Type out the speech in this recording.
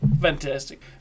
fantastic